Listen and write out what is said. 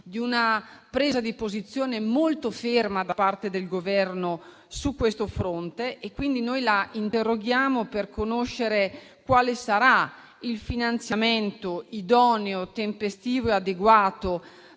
di una presa di posizione molto ferma da parte del Governo su questo fronte. Noi la interroghiamo per conoscere quale sarà il finanziamento idoneo, tempestivo e adeguato